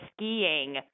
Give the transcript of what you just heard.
skiing